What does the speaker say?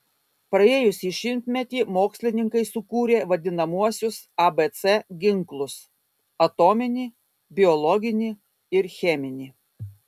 praėjusį šimtmetį mokslininkai sukūrė vadinamuosius abc ginklus atominį biologinį ir cheminį